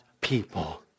people